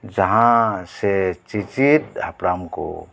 ᱡᱟᱦᱟᱸ ᱥᱮ ᱪᱮᱼᱪᱮᱫ ᱦᱟᱯᱟᱲᱟᱢ ᱠᱚ